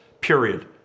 period